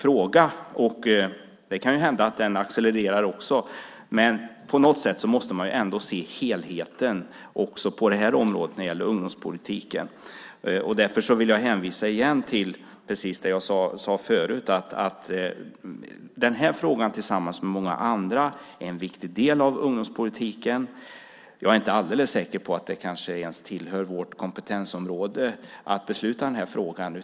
Det kan hända att den så att säga accelererar, men på något sätt måste man också på det här området se till helheten när det gäller ungdomspolitiken. Därför vill jag återigen hänvisa till det jag förut sagt, nämligen att den här frågan tillsammans med många andra frågor är en viktig del av ungdomspolitiken. Men jag är inte alldeles säker på att det ens tillhör vårt kompetensområde att besluta i frågan.